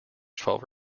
twelve